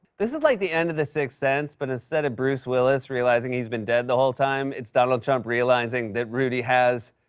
this is like the end of the sixth sense, but instead of bruce willis realizing he's been dead the whole time, it's donald trump realizing that rudy has,